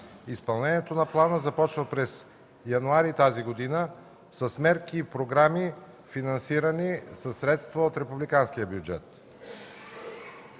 Изпълнението на плана започна през месец януари тази година с мерки и програми, финансирани със средства от републиканския бюджет.